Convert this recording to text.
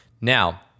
Now